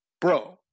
bro